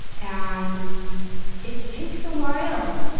and it takes a while.